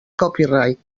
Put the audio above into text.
copyright